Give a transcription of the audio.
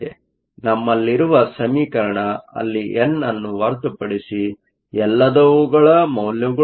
ನಮ್ಮಲ್ಲಿರುವ ಸಮೀಕರಣದಲ್ಲಿ ಅಲ್ಲಿ ಎನ್ ಅನ್ನು ಹೊರತುಪಡಿಸಿ ಎಲ್ಲದುವುಗಳ ಮೌಲ್ಯಗಳು ಗೊತ್ತಿದೆ